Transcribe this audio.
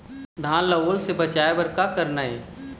धान ला ओल से बचाए बर का करना ये?